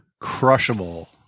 crushable